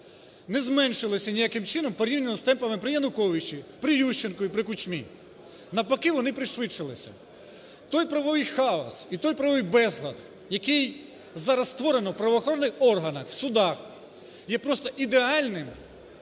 не зменшилися ніяким чином, порівняно з темпами при Януковичі, при Ющенку і при Кучмі. Навпаки, вони пришвидшилися. Той правовий хаос і той правовий безлад, який зараз створено у правоохоронних органах, в судах, є просто ідеальним